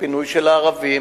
פינוי של הערבים,